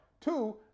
Two